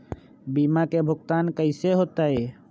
बीमा के भुगतान कैसे होतइ?